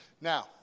Now